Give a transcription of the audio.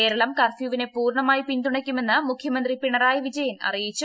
കേരളം കർഫ്യൂവിനെ പൂർണമായി പിന്തുണക്കുമെന്ന് മുഖ്യമന്ത്രി പിണറായി വിജയൻ അറിയിച്ചു